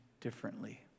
differently